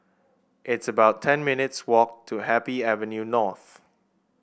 it's about ten minutes' walk to Happy Avenue North